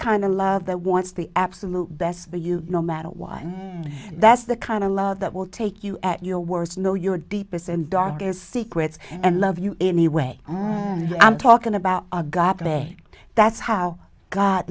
kind of love that wants the absolute best for you no matter why that's the kind of love that will take you at your worst know your deepest and darkest secrets and love you anyway i'm talking about our god today that's how god